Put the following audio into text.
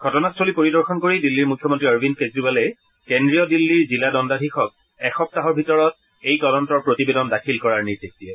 ঘটনাস্থলী পৰিদৰ্শন কৰি দিল্লীৰ মুখ্যমন্তী অৰবিন্দ কেজৰিৱালে কেন্দ্ৰীয় দিল্লীৰ জিলা দগুধীশক এসপ্তাহৰ ভিতৰত এই তদন্তৰ প্ৰতিবেদন দাখিল কৰাৰ নিৰ্দেশ দিয়ে